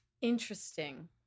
Interesting